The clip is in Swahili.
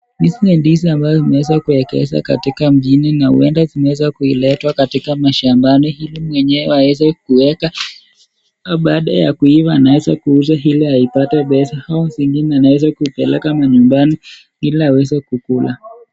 Hizi ni ndizi ambazo zimeweza kuegeshwa katika mjini na huenda zinaweza kuileta katika mashambani ili mwenyewe aweze kuweka au baada ya kuiva anaweza kuuza ili aipate pesa au zingine anaweza kupeleka manyumbani ili aweze kukula.